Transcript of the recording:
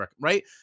right